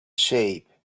shape